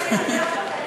זה מהצד הטוב.